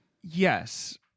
Yes